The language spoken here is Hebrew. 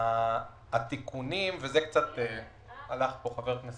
אני מסכים כמעט עם כל מה שאמר חבר הכנסת